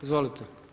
Izvolite.